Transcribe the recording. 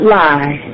lie